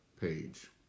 page